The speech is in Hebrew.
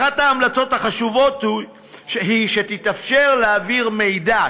אחת ההמלצות החשובות היא שיתאפשר להעביר מידע,